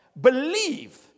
believe